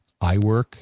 iWork